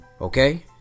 okay